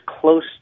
close